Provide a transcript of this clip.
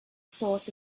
source